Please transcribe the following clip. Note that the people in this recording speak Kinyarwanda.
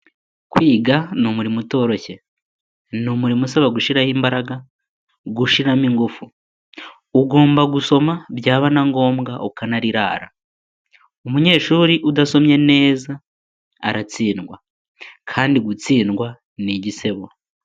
Kwiga ni umurimo utoroshye, ni umurimo usaba gushyiraho imbaraga, gushyiramo ingufu, ugomba gusoma byaba na ngombwa ukanarirara, umunyeshuri udasomye neza aratsindwa kandi gutsindwa ni igisebo.